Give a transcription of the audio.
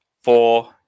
four